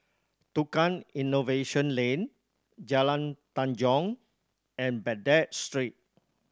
Tukang Innovation Lane Jalan Tanjong and Baghdad Street